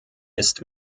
ist